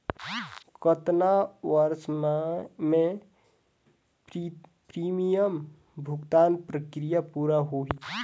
कतना वर्ष मे प्रीमियम भुगतान प्रक्रिया पूरा होही?